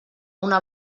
una